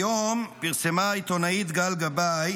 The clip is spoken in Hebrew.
היום פרסמה העיתונאית גל גבאי